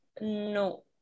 no